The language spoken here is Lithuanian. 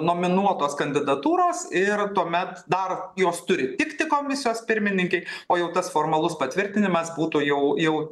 nominuotos kandidatūros ir tuomet dar jos turi tikti komisijos pirmininkei o jau tas formalus patvirtinimas būtų jau jau